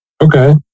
Okay